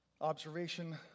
Observation